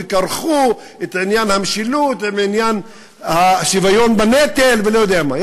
וכרכו את עניין המשילות עם עניין השוויון בנטל ולא יודע מה.